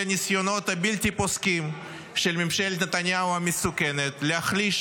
הניסיונות הבלתי-פוסקים של ממשלת נתניהו המסוכנת להחליש